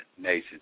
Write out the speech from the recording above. nation